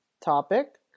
topic